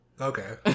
Okay